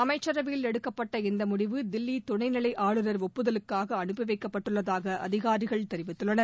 அமைச்சரவையில் எடுக்கப்பட்ட இந்த முடிவு தில்லி துணைநிலை ஒப்புதலுக்காக அனுப்பிவைக்கப்பட்டுள்ளதாக அதிகாரிகள் தெரிவித்துள்ளனர்